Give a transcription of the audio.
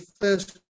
first